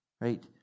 Right